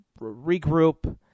regroup